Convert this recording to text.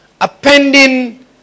appending